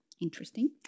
Interesting